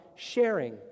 sharing